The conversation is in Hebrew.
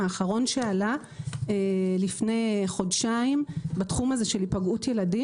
את האחרון שעלה לפני חודשיים בתחום הזה של היפגעות ילדים.